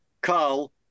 Carl